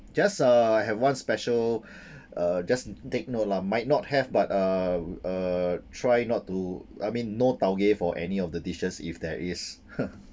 just uh have one special uh just take note lah might not have but uh uh try not to I mean no tau-geh for any of the dishes if there is